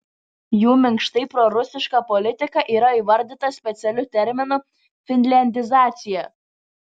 jų minkštai prorusiška politika yra įvardyta specialiu terminu finliandizacija